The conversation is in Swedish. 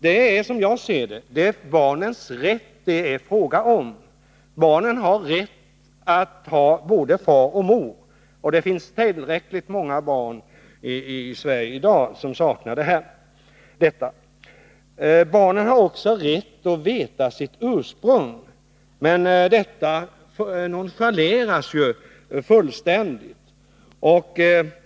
Det är som jag ser det barnens rätt det gäller. Barn har rätt att ha både far och mor. Det finns tillräckligt många barn i Sverige i dag som saknar en förälder. Barnen har också rätt att veta sitt ursprung, men detta nonchaleras fullständigt.